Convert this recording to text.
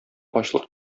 ачлык